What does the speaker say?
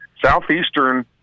Southeastern